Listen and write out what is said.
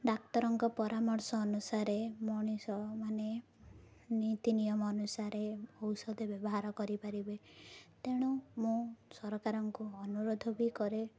ଡାକ୍ତରଙ୍କ ପରାମର୍ଶ ଅନୁସାରେ ମଣିଷ ମାନେ ନୀତି ନିିୟମ ଅନୁସାରେ ଔଷଧ ବ୍ୟବହାର କରିପାରିବେ ତେଣୁ ମୁଁ ସରକାରଙ୍କୁ ଅନୁରୋଧ ବି କରେ